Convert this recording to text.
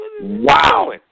Wow